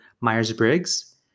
Myers-Briggs